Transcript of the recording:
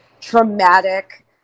traumatic